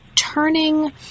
turning